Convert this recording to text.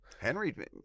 henry